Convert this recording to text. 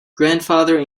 grandfather